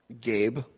Gabe